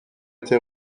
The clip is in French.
été